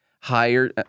higher